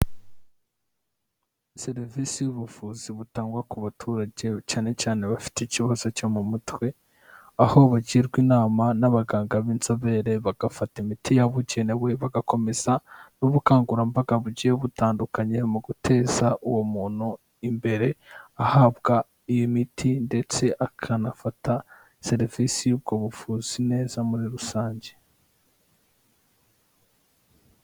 Serivisi z'ubuvuzi butangwa ku baturage cyane cyane aba bafite ikibazo cyo mu mutwe, aho bagirwa inama n'abaganga b'inzobere bagafata imiti yabugenewe bagakomeza n'ubukangurambaga bugiye butandukanye mu guteza uwo muntu imbere, ahabwa iyi miti ndetse akanafata serivisi y'ubwo buvuzi neza muri rusange.